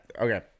okay